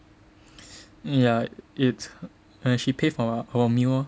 ya it's ya she pay for our meal lor